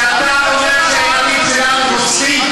כשאתה אומר שהילדים שלנו רוצחים,